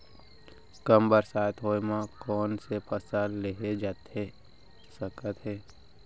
कम बरसात होए मा कौन से फसल लेहे जाथे सकत हे?